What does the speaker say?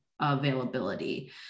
availability